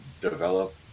develop